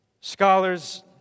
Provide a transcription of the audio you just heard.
Scholars